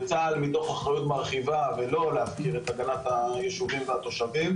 וצה"ל מתוך אחריות מרחיבה ולא להפקיר את הגנת היישובים והתושבים,